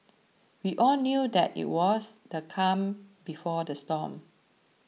we all knew that it was the calm before the storm